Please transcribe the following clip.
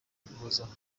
uguhozaho